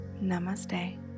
Namaste